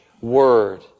word